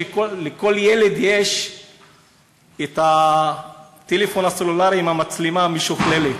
כשלכל ילד יש טלפון סלולרי עם מצלמה משוכללת,